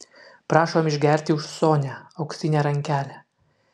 prašom išgerti už sonią auksinę rankelę